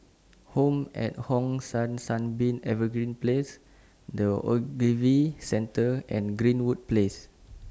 Home At Hong San Sunbeam Evergreen Place The Ogilvy Centre and Greenwood Place